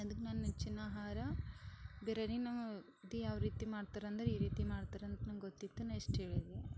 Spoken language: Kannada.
ಅದಕ್ಕೆ ನನ್ನ ನೆಚ್ಚಿನ ಆಹಾರ ಬಿರ್ಯಾನಿ ನಂಗೆ ಅದು ಯಾವ ರೀತಿ ಮಾಡ್ತರೆಂದ್ರೆ ಈ ರೀತಿ ಮಾಡ್ತರಂತ ನಂಗೆ ಗೊತ್ತಿತ್ತು ನಾನು ಇಷ್ಟು ಹೇಳೀನಿ